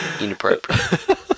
inappropriate